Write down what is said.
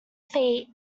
fate